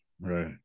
right